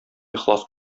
ихлас